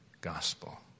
gospel